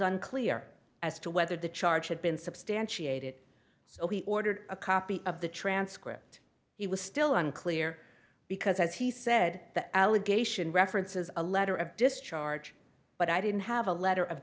unclear as to whether the charge had been substantiated so he ordered a copy of the transcript he was still unclear because as he said the allegation references a letter of discharge but i didn't have a letter of